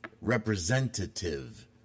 representative